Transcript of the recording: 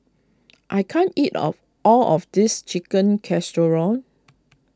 I can't eat of all of this Chicken Casserole